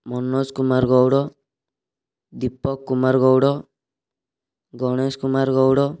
Manoj Kumar Gaud Deepak Kumar Gaud Ganesh Kumar Gaud